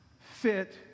Fit